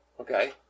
Okay